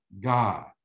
God